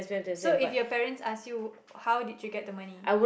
so if your parents ask you how did you get the money